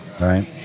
Right